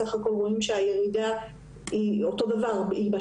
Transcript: בסך הכל רואים שהירידה היא אותו דבר: הכי הרבה